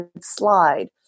slide